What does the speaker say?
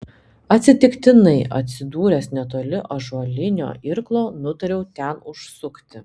atsitiktinai atsidūręs netoli ąžuolinio irklo nutariau ten užsukti